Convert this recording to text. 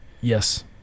yes